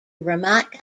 ramat